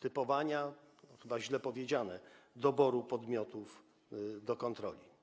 typowania - to chyba źle powiedziane - doboru podmiotów do kontroli?